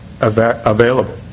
available